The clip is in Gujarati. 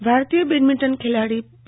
સિંધુ ભારતીય બેડમિન્ટન ખેલાડી પી